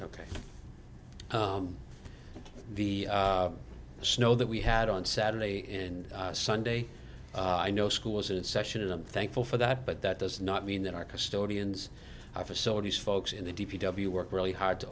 ok the snow that we had on saturday and sunday i know school is in session and i'm thankful for that but that does not mean that our custodians facilities folks in the d p w work really hard to